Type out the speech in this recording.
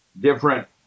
different